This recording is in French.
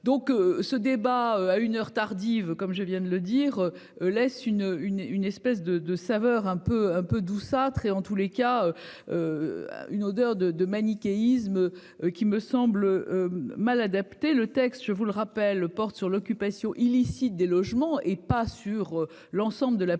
Donc ce débat à une heure tardive comme je viens de le dire, laisse une une une espèce de de saveur un peu un peu douceâtre et en tous les cas. Une odeur de de manichéisme qui me semble mal adapté le texte, je vous le rappelle le porte sur l'occupation illicite des logements et pas sur l'ensemble de la